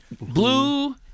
blue